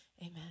Amen